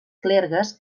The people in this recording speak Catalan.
clergues